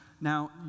now